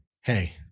Hey